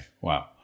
Wow